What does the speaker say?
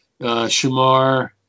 Shamar